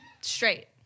straight